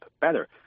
better